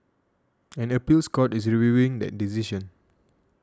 an appeals court is reviewing that decision